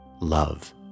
love